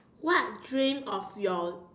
what dream of your